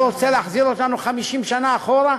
הוא רוצה להחזיר אותנו 50 שנה אחורה?